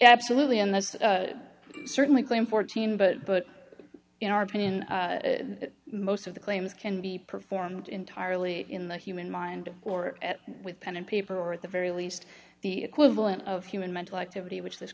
absolutely and there's certainly claim fourteen but but in our opinion most of the claims can be performed entirely in the human mind or with pen and paper or at the very least the equivalent of human mental activity which this